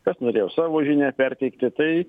kas norėjo savo žinią perteikti tai